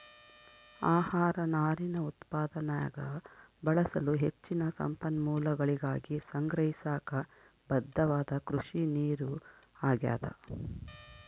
ಆಹಾರ ನಾರಿನ ಉತ್ಪಾದನ್ಯಾಗ ಬಳಸಲು ಹೆಚ್ಚಿನ ಸಂಪನ್ಮೂಲಗಳಿಗಾಗಿ ಸಂಗ್ರಹಿಸಾಕ ಬದ್ಧವಾದ ಕೃಷಿನೀರು ಆಗ್ಯಾದ